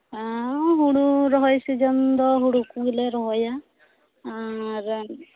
ᱦᱮᱸᱻ ᱦᱩᱲᱩ ᱨᱚᱦᱚᱭ ᱥᱤᱡᱤᱱ ᱫᱚ ᱦᱩᱲᱩ ᱠᱚᱜᱮᱞᱮ ᱨᱚᱦᱚᱭᱟ ᱟᱨᱻ